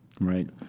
right